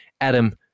Adam